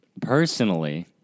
Personally